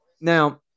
Now